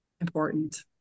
important